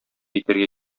итәргә